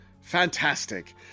fantastic